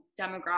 demographic